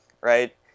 right